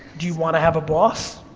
do you wanna have a boss?